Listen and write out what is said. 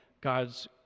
God's